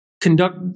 conduct